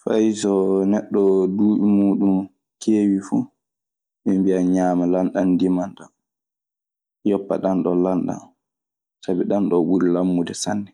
Fay so neɗɗo duuɓi muuɗun keewi fu, mbiyan ñaama lanɗan ndiman ɗan, yoppa ɗanɗooo lanɗan. Sabi ɗanɗoo ɓuri lammude sanne.